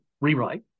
rewrite